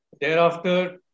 thereafter